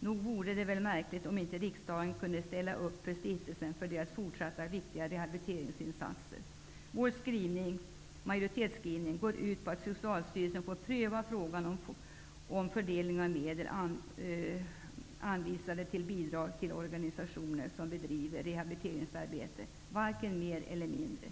Nog vore det väl märkligt, om inte riksdagen kunde ställa upp för stiftelsens möjligheter att fortsätta sina viktiga rehabiliteringsinsatser. Majoritetsskrivningen går ut på att Socialstyrelsen får pröva frågan om fördelning av medel anvisade för bidrag till organisationer som bedriver rehabiliteringsarbete, varken mer eller mindre!